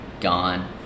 gone